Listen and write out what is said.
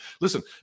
Listen